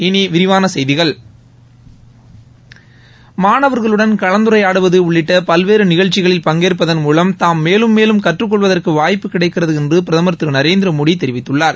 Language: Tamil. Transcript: இனி விரிவான செய்திகள் மாணவர்களுடன் கலந்துரையாடுவது உள்ளிட்ட பல்வேறு நிகழ்ச்சிகளில் பங்கேற்பதன் மூலம் தாம் மேலும் மேலும் கற்றுக்கொள்வதற்கு வாய்ப்பு கிடைக்கிறது என்று பிரதமர் திரு நரேந்திர மோடி தெரிவித்துள்ளார்